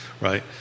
right